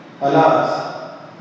Alas